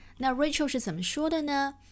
那Rachel是怎么说的呢